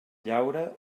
llaure